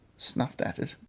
snuffed at it,